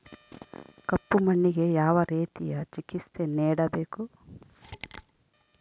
ಕಪ್ಪು ಮಣ್ಣಿಗೆ ಯಾವ ರೇತಿಯ ಚಿಕಿತ್ಸೆ ನೇಡಬೇಕು?